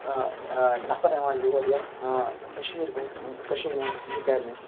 نَفَر یِوان یور یَتھ کٔشیٖر کُن کٔشیٖرِ مَنٛز یہِ کَرنہِ